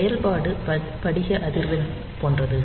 செயல்பாடு படிக அதிர்வெண் போன்றது